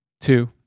two